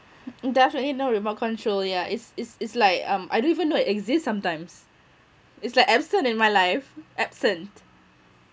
mm definitely no remote control yeah it's it's it's like um I don't even know it exists sometimes it's like absent in my life absent